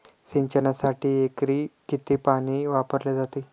सिंचनासाठी एकरी किती पाणी वापरले जाते?